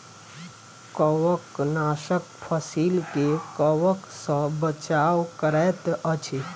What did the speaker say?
कवकनाशक फसील के कवक सॅ बचाव करैत अछि